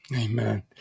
Amen